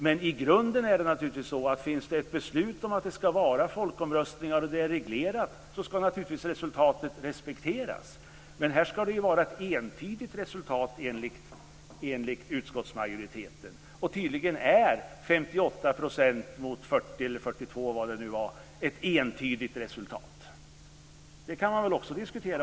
Men i grunden är det så att om det finns ett beslut om att det ska hållas en folkomröstning ska resultatet naturligtvis respekteras. Men här ska det ju vara ett entydigt resultat, enligt utskottsmajoriteten. Tydligen är 58 % mot 40 % eller 42 %, eller vad det nu var, ett entydigt resultat. Det kan man väl också diskutera.